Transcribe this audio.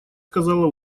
сказала